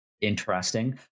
interesting